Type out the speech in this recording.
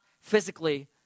physically